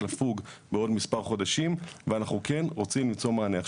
לפוג בעוד מספר חודשים ואנחנו כן רוצים למצוא מענה.